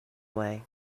way